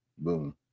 boom